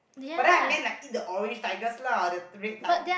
but then I meant like eat the orange tigers lah the red type